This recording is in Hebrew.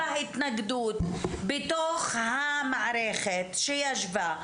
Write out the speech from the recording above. --- העיקר ההתנגדות בתוך המערכת שישבה.